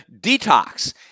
detox